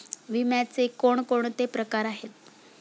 विम्याचे कोणकोणते प्रकार आहेत?